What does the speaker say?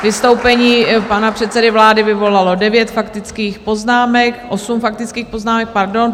Vystoupení pana předsedy vlády vyvolalo devět faktických poznámek... osm faktických poznámek, pardon.